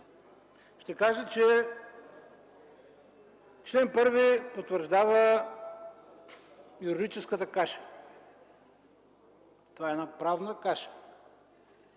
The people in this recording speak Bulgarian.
ще кажа, че чл. 1 потвърждава юридическата каша. Това е една правна каша